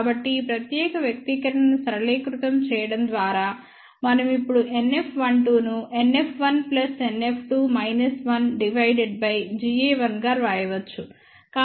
కాబట్టి ఈ ప్రత్యేక వ్యక్తీకరణను సరళీకృతం చేయడం ద్వారా మనం ఇప్పుడు NF12 ను NF1 plus NF2 minus 1 divided బైGa1గా వ్రాయవచ్చు